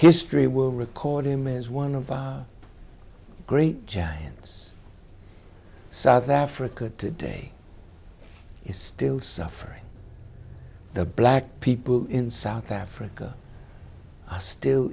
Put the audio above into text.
history will record him as one of the great giants south africa today is still suffering the black people in south africa are still